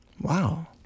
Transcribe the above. Wow